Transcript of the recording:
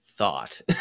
thought